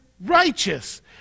righteous